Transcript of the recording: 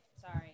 Sorry